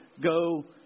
go